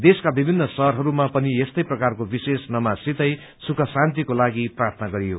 देशका विमित्र शहरहरूमा पनि यस्तै प्रकारको विशेष नमाजसितै सुख शान्तिको लागि प्रार्थना गरियो